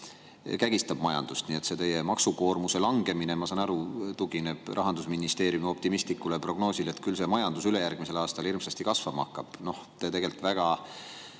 kägistab majandust. See teie maksukoormuse langemise [jutt], ma saan aru, tugineb Rahandusministeeriumi optimistlikule prognoosile, et küll see majandus ülejärgmisel aastal hakkab hirmsasti kasvama. Te tegelikult väga